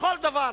ובכל דבר.